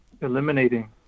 eliminating